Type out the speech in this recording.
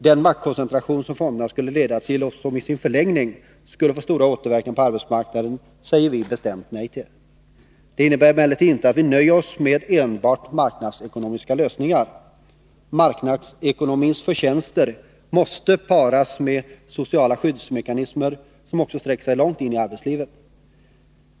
Den maktkoncentration som fonderna skulle leda till och som i sin förlängning skulle få stora återverkningar på arbetsmarknaden säger vi bestämt nej till. Det innebär emellertid inte att vi nöjer oss med enbart marknadsekonomiska lösningar. Marknadsekonomins förtjänster måste paras med sociala skyddsmekanismer som också sträcker sig långt in i arbetslivet.